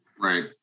right